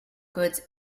goods